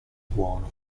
buono